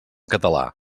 català